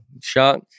Shot